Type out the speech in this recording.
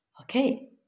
Okay